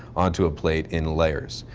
onto a plate in layers.